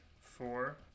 four